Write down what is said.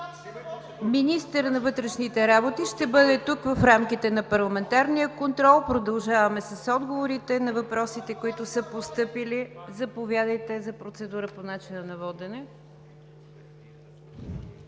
Министърът на вътрешните работи ще бъде тук в рамките на парламентарния контрол. Продължаваме с отговорите на въпросите, които са постъпили. Заповядайте за процедура по начина на водене.